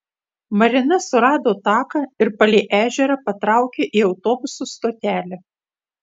marina surado taką ir palei ežerą patraukė į autobusų stotelę